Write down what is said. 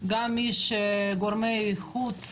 גם לגורמי חוץ,